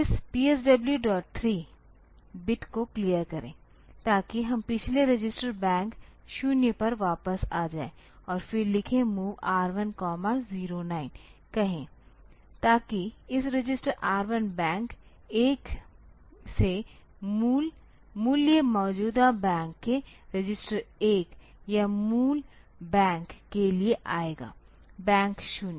इस PSW3 bit को clear करें ताकि हम पिछले रजिस्टर बैंक 0 पर वापस आ जाएँ और फिर लिखे MOV R109 कहें ताकि इस रजिस्टर R1 बैंक 1 से मूल्य मौजूदा बैंक के रजिस्टर 1 या मूल बैंक के लिए आएगा बैंक 0